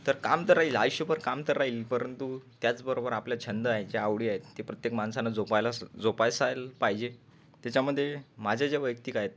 तर काम तर राहील आयुष्यभर काम तर राहील परंतु त्याचबरोबर आपले छंद आहे जे आवडी आहे ते प्रत्येक माणसाने जोपासायला जोपासायला पाहिजे त्याच्यामध्ये माझे जे वैयक्तिक आहे